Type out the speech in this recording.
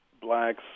blacks